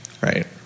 Right